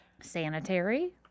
sanitary